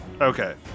Okay